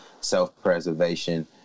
self-preservation